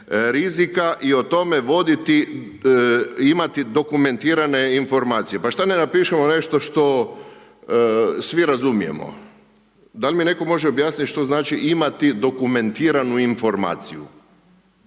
rizika i o tome voditi, imati dokumentirane informacije. Pa šta ne napišemo nešto što svi razumijemo? Da li mi netko može objasniti što znači – imati dokumentiranu informaciju?